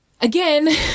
Again